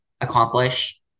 accomplish